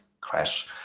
crash